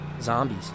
Zombies